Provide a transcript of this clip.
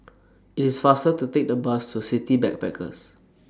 IT IS faster to Take The Bus to City Backpackers